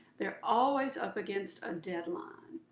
they're always up against a deadline.